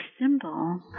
symbol